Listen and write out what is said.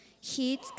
heat